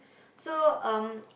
so um